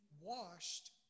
washed